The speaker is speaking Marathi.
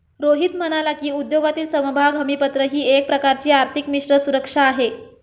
रोहित म्हणाला की, उद्योगातील समभाग हमीपत्र ही एक प्रकारची आर्थिक मिश्र सुरक्षा आहे